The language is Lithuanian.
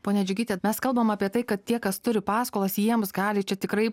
pone džiugytė mes kalbam apie tai kad tie kas turi paskolas jiems gali čia tikrai